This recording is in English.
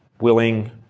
willing